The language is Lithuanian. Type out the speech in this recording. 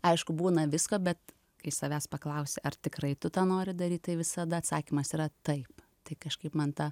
aišku būna visko bet kai savęs paklausi ar tikrai tu tą nori daryti visada atsakymas yra taip tai kažkaip man ta